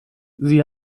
sie